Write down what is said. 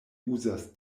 uzas